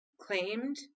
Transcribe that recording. claimed